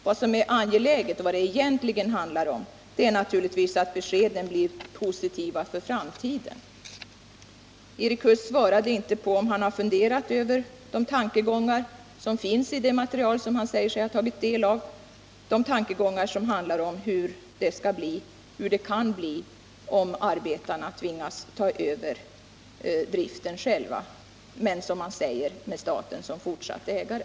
Något som är angeläget — och det är det som det egentligen handlar om — är att beskeden för framtiden blir positiva. Erik Huss svarade inte på om han har funderat över tankegångarna i materialet, som han säger sig ha studerat, om hur det kan bli om arbetarna tvingas ta över driften själva med, som man säger, staten som fortsatt ägare.